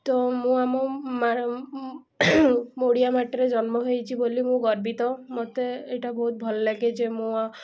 ତ ମୁଁ ଆମ ମୁଁ ଓଡ଼ିଆ ମାଟିରେ ଜନ୍ମ ହେଇଛି ବୋଲି ମୁଁ ଗର୍ବିତ ମୋତେ ଏଇଟା ଭଲଲାଗେ ଯେ ମୁଁ